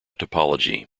topology